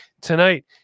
Tonight